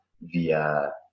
via